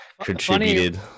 contributed